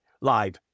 live